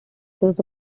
shows